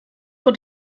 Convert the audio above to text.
vor